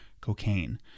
cocaine